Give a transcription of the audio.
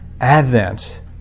Advent